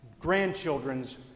grandchildren's